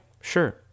sure